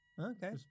Okay